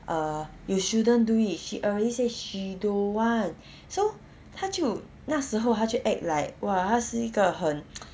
err you shouldn't do it she already say she don't want so 他就那时候他就 act like !wah! 是一个很